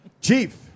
Chief